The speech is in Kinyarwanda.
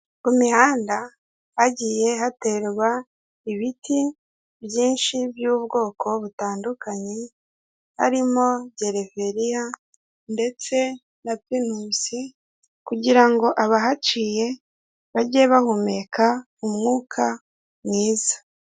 Ku mihanda hagiye haterwa ibiti byinshi by'ubwoko butandukanye, harimo gereveriya ndetse na pinusi kugira ngo abahaciye bajye bahumeka umwuka mwiza.